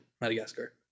Madagascar